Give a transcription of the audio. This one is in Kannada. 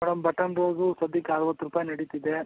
ಮೇಡಮ್ ಬಟನ್ ರೋಸು ಸದ್ಯಕ್ಕೆ ಅರುವತ್ತು ರೂಪಾಯಿ ನಡೀತಿದೆ